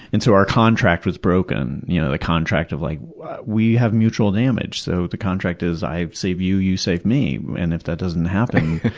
and so our contract was broken you know the contract of, like we have mutual damage, so the contract is, i save you and you save me. and if that doesn't happen,